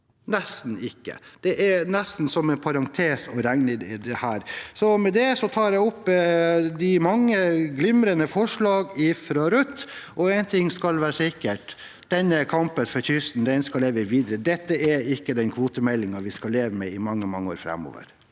ivaretatt – det er nesten som en parentes å regne. Med det tar jeg opp de mange glimrende forslag fra Rødt. Én ting skal være sikkert: Denne kampen for kysten skal leve videre. Dette er ikke den kvotemeldingen vi skal leve med i mange, mange år framover.